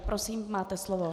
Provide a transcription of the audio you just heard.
Prosím, máte slovo.